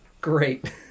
Great